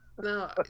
No